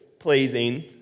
Pleasing